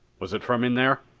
was it from in there?